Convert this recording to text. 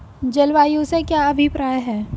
जलवायु से क्या अभिप्राय है?